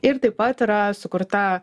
ir taip pat yra sukurta